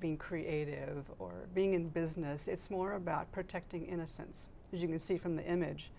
being creative or being in business it's more about protecting innocence as you can see from the image